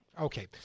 Okay